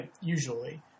usually